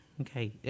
okay